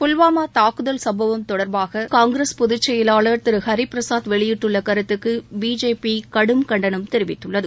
புல்வாமா தாக்குதல் சும்பவம் தொடர்பாக காங்கிரஸ் பொதுச் செயலாளர் திரு பி கே ஹரிபிரசாத் வெளியிட்ட கருத்துக்கு பிஜேபி கடும் கண்டனம் தெரிவித்துள்ளது